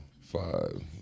five